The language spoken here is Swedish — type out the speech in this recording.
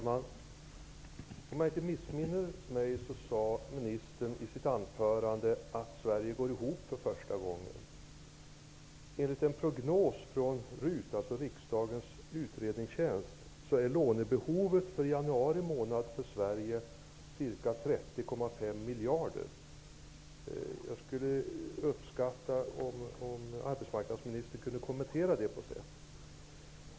Herr talman! Om jag inte missminner mig sade ministern i sitt anförande att Sveriges bytesbalans för första gången går ihop. Enligt en prognos från RUT, Riksdagens utredningstjänst, är lånebehovet för januari månad för Sverige cirka 30,5 miljarder kronor. Jag skulle uppskatta om arbetsmarknadsministern kunde kommentera detta.